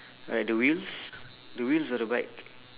alright the wheels the wheels of the bike